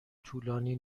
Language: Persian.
طولانی